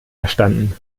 verstanden